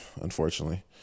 unfortunately